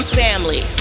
family